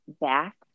back